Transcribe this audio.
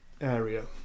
area